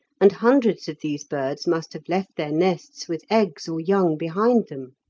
and hundreds of these birds must have left their nests with eggs or young behind them.